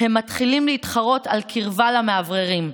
"הם מתחילים להתחרות על קרבה למאווררים.